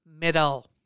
middle